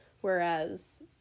whereas